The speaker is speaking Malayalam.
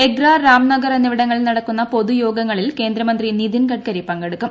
എഗ്ര രാംനഗർ എന്നിവിടങ്ങളിൽ നടക്കുന്ന പൊതുയോഗങ്ങളിൽ കേന്ദ്രമന്ത്രി നിതിൻ ഗഡ്കരി പങ്കെടുക്കും